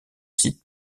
sites